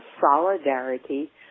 solidarity